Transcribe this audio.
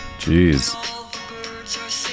jeez